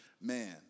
Man